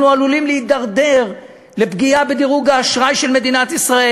אנחנו עלולים להידרדר לפגיעה בדירוג האשראי של מדינת ישראל,